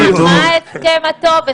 מה ההסכם הטוב,